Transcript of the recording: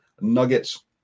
Nuggets